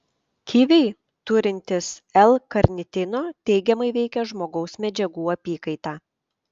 kiviai turintys l karnitino teigiamai veikia žmogaus medžiagų apykaitą